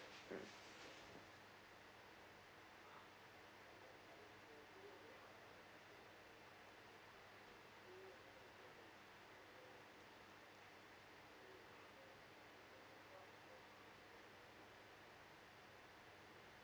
mm